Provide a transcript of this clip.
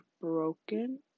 broken